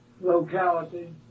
locality